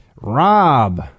Rob